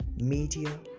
media